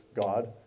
God